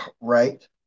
right